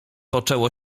poczęło